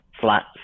flats